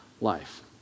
life